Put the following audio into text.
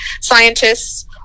scientists